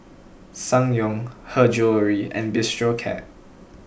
Ssangyong Her Jewellery and Bistro Cat